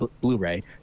Blu-ray